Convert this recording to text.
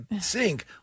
sink